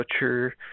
Butcher